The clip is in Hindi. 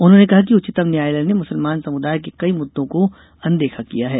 उन्होंने कहा कि उच्चतम न्यायालय ने मुसलमान समुदाय के कई मुद्दों को अनदेखा किया है